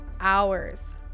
hours